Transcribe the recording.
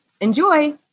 Enjoy